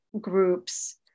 groups